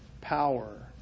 power